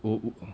oh